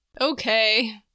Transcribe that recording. okay